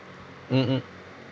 mmhmm